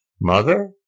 mother